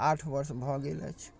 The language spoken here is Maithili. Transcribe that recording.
आठ वर्ष भऽ गेल अछि